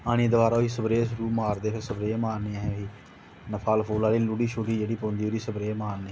आह्नियै फिर स्प्रे मारदे फिर असें स्प्रे मारनी फल आह्ली लुड़ी होंदी ओह्दे उप्पर स्प्रे मारनी